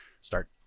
start